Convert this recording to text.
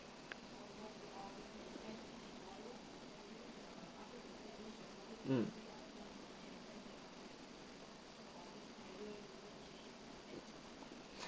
mm